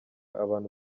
abantu